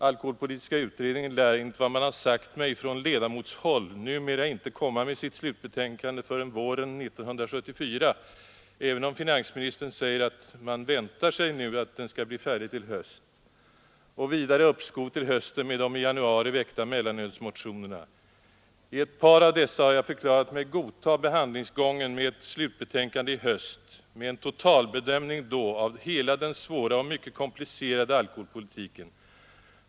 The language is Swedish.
Alkoholpolitiska utredningen lär enligt vad man har sagt mig från ledamotshåll inte komma med sitt slutbetänkande förrän våren 1974, även om finansministern nu säger att han väntar sig att den skall bli färdig till i höst. Vidare har behandlingen av de i januari väckta mellanölsmotionerna uppskjutits till hösten. I ett par av dessa har jag förklarat mig godta behandlingsgången med ett slutbetänkande i höst och med en totalbedömning då av hela den svåra och i några avseenden mycket komplicerade alkoholpolitiken.